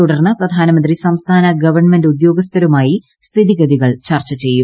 തുടർന്ന് പ്രധാനമന്ത്രി സംസ്ഥാന ഗവൺമെന്റ് ഉദ്യോഗസ്ഥരുമായി സ്ഥിതിഗതികൾ ചർച്ച ചെയ്യും